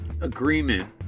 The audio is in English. agreement